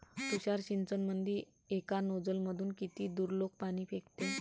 तुषार सिंचनमंदी एका नोजल मधून किती दुरलोक पाणी फेकते?